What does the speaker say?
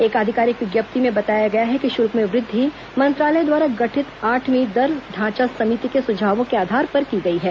एक आधिकारिक विज्ञप्ति में बताया गया है कि शुल्क में वृद्धि मंत्रालय द्वारा गठित आठवीं दर ढांचा समिति के सुझायों के आधार पर की गई है